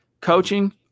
Coaching